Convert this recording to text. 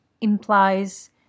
implies